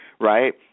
right